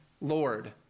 lord